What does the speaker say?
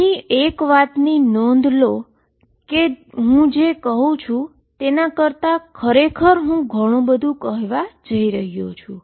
અહીં એક વાતની નોંધ લો કે હુ જે કહું છું તેના કરતાં ખરેખર હું ઘણું બધું કહી રહ્યો છું